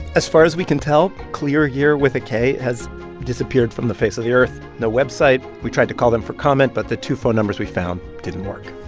as far as we can tell, kleargear with a k has disappeared from the face of the earth. no website. we tried to call them for comment, but the two phone numbers we found didn't work